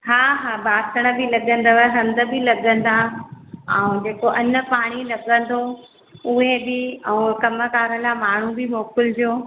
हा हा बासण बि लॻंदव हंध बि लॻंदा ऐं जेको अनपाणी लॻंदो उहे बि ऐं कमुकार लाइ माण्हू बि मोकिलिजो